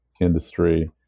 industry